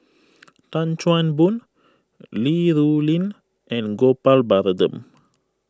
Tan Chan Boon Li Rulin and Gopal Baratham